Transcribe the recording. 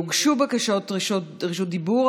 הוגשו בקשות רשות דיבור,